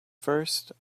first